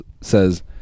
says